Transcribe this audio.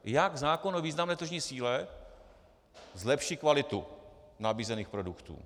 Jak zákon o významné tržní síle zlepší kvalitu nabízených produktů?